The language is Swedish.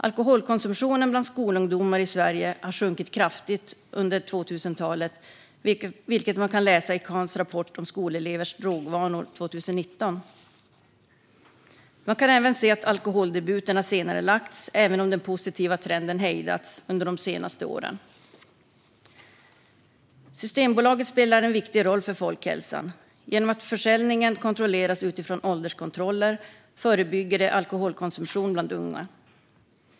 Alkoholkonsumtionen bland skolungdomar i Sverige har sjunkit kraftigt under 2000-talet, vilket man kan läsa i Cans rapport om skolelevers drogvanor 2019. Man kan även se att alkoholdebuten har senarelagts, även om den positiva trenden hejdats under de senaste åren. Systembolaget spelar en viktig roll för folkhälsan. Genom att försäljningen kontrolleras utifrån ålderskontroller förebygger det alkoholkonsumtion bland unga.